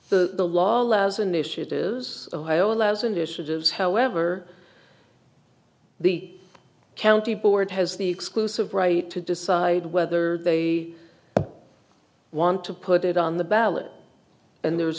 the law allows initiatives ohio allows initiatives however the county board has the exclusive right to decide whether they want to put it on the ballot and there's